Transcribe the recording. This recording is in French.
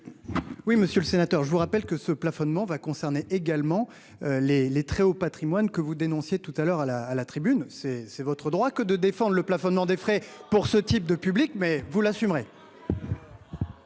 Oui, monsieur le sénateur, je vous rappelle que ce plafonnement va concerner également les les très hauts patrimoines que vous dénonciez tout à l'heure à la à la tribune, c'est, c'est votre. Droit que de défendent le plafonnement des frais pour ce type de public mais vous l'assumerai.